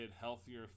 healthier